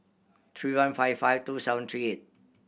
three one five five two seven three eight